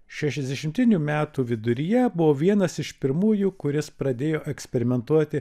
šešiasdešimtinių metų viduryje buvo vienas iš pirmųjų kuris pradėjo eksperimentuoti